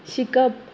शिकप